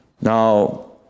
Now